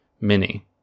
Mini